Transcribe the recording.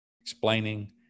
explaining